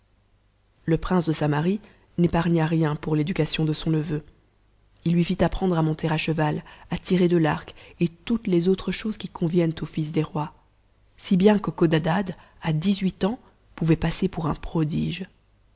le prince de samarie n'épargna rien pour l'éducation de son neveu il lui fit apprendre à monter à cheval à tirer de l'arc et toutes les autres choses qui conviennent aux fils des rois si bien que codadad à dix-huit ans pouvait passer pour un prodige